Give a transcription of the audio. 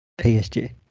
PSG